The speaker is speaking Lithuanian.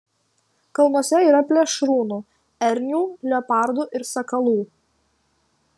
kalnuose yra plėšrūnų ernių leopardų ir sakalų